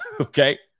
Okay